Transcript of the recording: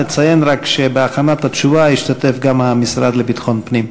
נציין רק שבהכנת התשובה השתתף גם המשרד לביטחון פנים.